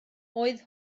oedd